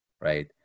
right